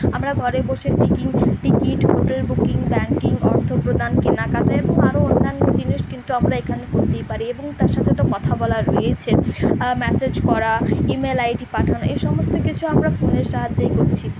আমরা ঘরে বসে টিকিন টিকিট হোটেল বুকিং ব্যাঙ্কিং অর্থ প্রদান কেনাকাটা এবং আরও অন্যান্য জিনিস কিন্তু আমরা এখানে করতেই পারি এবং তার সাথে তো কথা বলা রয়েইছে মেসেজ করা ইমেল আইডি পাঠানো এই সমস্ত কিছু আমরা ফোনের সাহায্যেই করছি